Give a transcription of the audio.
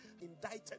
Indicted